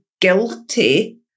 guilty